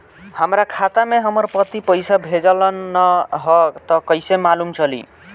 हमरा खाता में हमर पति पइसा भेजल न ह त कइसे मालूम चलि?